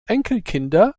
enkelkinder